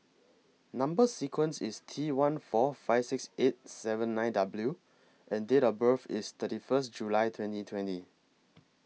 Number sequence IS T one four five six eight seven nine W and Date of birth IS thirty First July twenty twenty